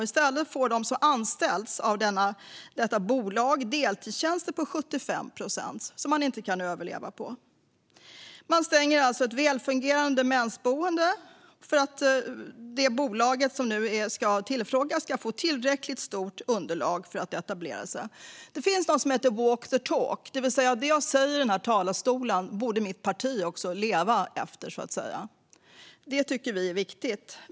I stället får de som anställs av bolaget deltidstjänster på 75 procent, som det inte går att leva på. Ni stänger alltså ett välfungerande demensboende för att bolaget som är tillfrågat ska få ett tillräckligt stort underlag för att etablera sig. Det finns något som heter walk the talk. Det betyder att det jag säger i den här talarstolen bör mitt parti också leva efter. Det tycker vi är viktigt.